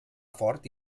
fort